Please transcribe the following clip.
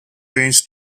range